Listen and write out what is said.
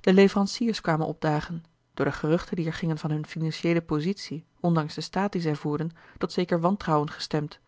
de leveranciers kwamen opdagen door de geruchten die er gingen van hunne financiëele positie ondanks den staat dien zij voerden tot zeker wantrouwen gestemd